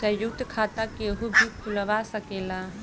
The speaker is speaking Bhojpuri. संयुक्त खाता केहू भी खुलवा सकेला